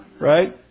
Right